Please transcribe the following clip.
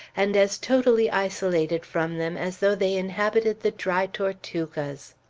and as totally isolated from them as though they inhabited the dry tortugas!